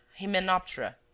Hymenoptera